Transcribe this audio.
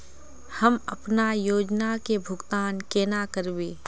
हम अपना योजना के भुगतान केना करबे?